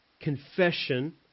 confession